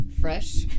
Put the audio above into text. Fresh